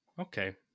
okay